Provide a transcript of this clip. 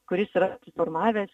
kuris suformavęs